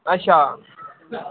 अच्छा